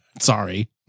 Sorry